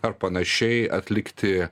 ar panašiai atlikti